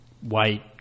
white